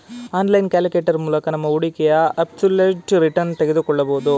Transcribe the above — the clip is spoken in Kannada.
ಆನ್ಲೈನ್ ಕ್ಯಾಲ್ಕುಲೇಟರ್ ಮೂಲಕ ನಮ್ಮ ಹೂಡಿಕೆಯ ಅಬ್ಸಲ್ಯೂಟ್ ರಿಟರ್ನ್ ತಿಳಿದುಕೊಳ್ಳಬಹುದು